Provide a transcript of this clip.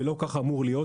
ולא כך אמור להיות,